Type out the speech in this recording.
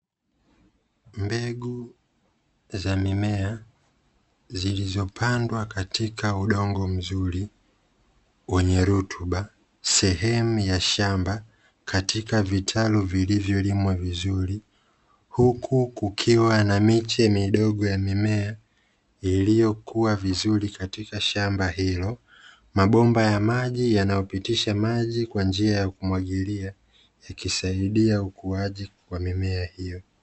Mbegu za mimea zilizopandwa katika udongo mzuri wenye rutuba, sehemu ya shamba katika vitalu vilivyolimwa vizuri, huku kukiwa na miche midogo ya mimea iliyokua vizuri katika shamba hilo, mabomba ya maji yanayopitisha maji kwa njia ya kumwagilia ikisaidia ukuaji wa mimea hiyo.